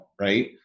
right